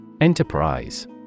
Enterprise